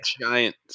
giant